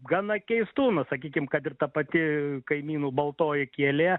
gana keistų na sakykim kad ir ta pati kaimynų baltoji kielė